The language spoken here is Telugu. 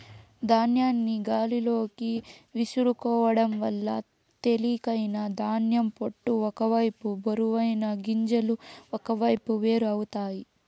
ధాన్యాన్ని గాలిలోకి విసురుకోవడం వల్ల తేలికైన ధాన్యం పొట్టు ఒక వైపు బరువైన గింజలు ఒకవైపు వేరు అవుతాయి